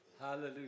Hallelujah